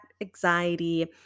anxiety